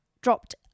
dropped